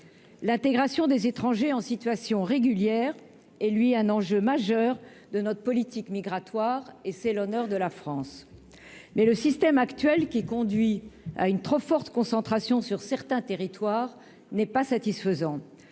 l'intégration des étrangers en situation régulière et lui, un enjeu majeur de notre politique migratoire et c'est l'honneur de la France, mais le système actuel qui conduit à une trop forte concentration sur certains territoires n'est pas satisfaisant,